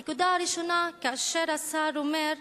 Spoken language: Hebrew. הנקודה הראשונה, כאשר השר אומר,